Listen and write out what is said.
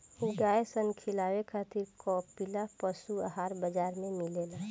गाय सन खिलावे खातिर कपिला पशुआहार बाजार में मिलेला